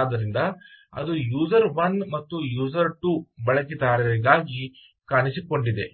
ಆದ್ದರಿಂದ ಅದು ಯೂಸರ್1 ಮತ್ತು ಯೂಸರ್2 ಬಳಕೆದಾರರಿಗಾಗಿ ಕಾಣಿಸಿಕೊಂಡಿದೆ